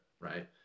right